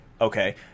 okay